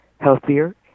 healthier